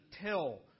tell